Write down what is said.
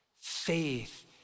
Faith